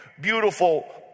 beautiful